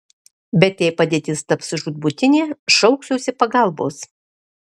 bet jei padėtis taps žūtbūtinė šauksiuosi pagalbos